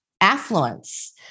affluence